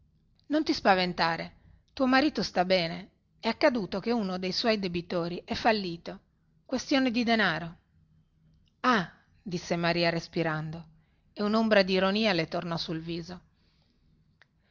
non ti spaventare tuo marito sta bene è accaduto che uno dei suoi debitori è fallito questione di denaro ah disse maria respirando e unombra dironia le tornò sul viso